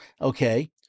Okay